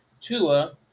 Tua